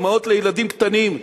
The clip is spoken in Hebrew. אמהות לילדים קטנים,